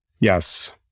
Yes